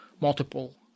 multiple